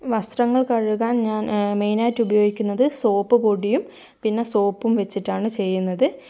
വസ്ത്രങ്ങൾ കഴുകാൻ ഞാൻ മെയിനായിട്ട് ഉപയോഗിക്കുന്നത് സോപ്പ് പൊടിയും പിന്നെ സോപ്പും വച്ചിട്ടാണ് ചെയ്യുന്നത്